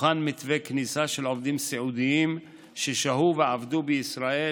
הוכן מתווה כניסה של עובדים סיעודיים ששהו ועבדו בישראל